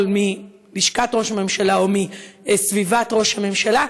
מלשכת ראש הממשלה או מסביבת ראש הממשלה?